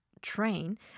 train